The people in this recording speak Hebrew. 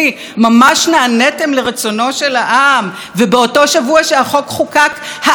ובאותו שבוע שהחוק חוקק העם ממש רצה שיחוקק חוק שפוטר את